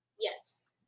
Yes